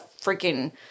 freaking